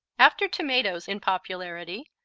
after tomatoes, in popularity,